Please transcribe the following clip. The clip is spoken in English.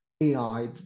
AI